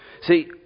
See